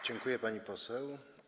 Dziękuję, pani poseł.